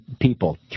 people